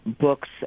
books